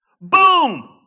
Boom